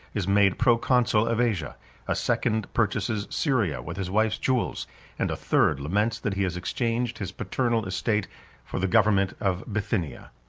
is made proconsul of asia a second purchases syria with his wife's jewels and a third laments that he has exchanged his paternal estate for the government of bithynia.